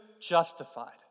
justified